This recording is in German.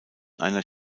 einer